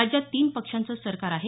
राज्यात तीन पक्षांचं सरकार आहे